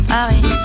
Paris